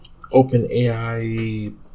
OpenAI